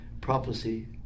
prophecy